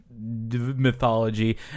mythology